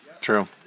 True